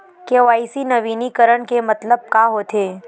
KYC नवीनीकरण के मतलब का होथे?